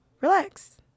Relax